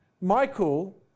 Michael